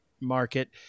market